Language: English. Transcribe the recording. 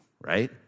right